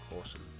awesome